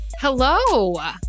Hello